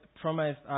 promised